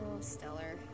stellar